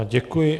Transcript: Děkuji.